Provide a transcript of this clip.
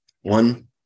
One